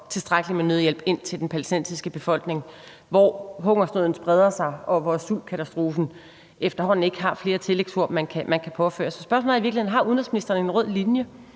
tilstrækkeligt med nødhjælp ind til den palæstinensiske befolkning, hvor hungersnøden spreder sig, og hvor man efterhånden ikke kan påføre sultkatastrofen flere tillægsord. Så spørgsmålet er i virkeligheden, om udenrigsministeren har en rød linje.